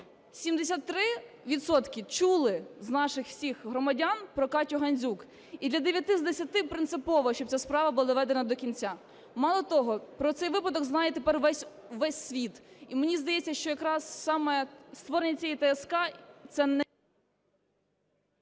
чули з наших всіх громадян про Катю Гандзюк і для дев'яти з десяти принципово, щоб ця справа була доведена до кінця. Мало того, про цей випадок знає тепер весь світ. І мені здається, що якраз саме створення цієї ТСК, це…